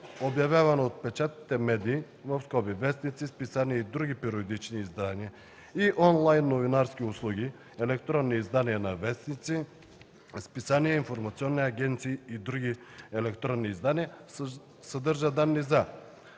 обявявана от печатните медии (вестници, списания и други периодични издания) и онлайн новинарски услуги (електронни издания на вестници, списания, информационни агенции и други електронни издания), съдържа данни за: